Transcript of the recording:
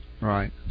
Right